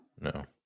No